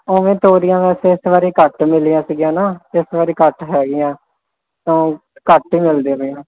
ਉਵੇਂ ਤੋਰੀਆਂ ਵੈਸੇ ਇਸ ਵਾਰੀ ਘੱਟ ਮਿਲੀਆਂ ਸੀਗੀਆਂ ਨਾ ਇਸ ਵਾਰੀ ਘੱਟ ਹੈਗੀਆਂ ਤਾਂ ਘੱਟ ਹੀ ਮਿਲਦੀਆਂ ਪਈਆਂ